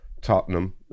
Tottenham